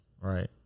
right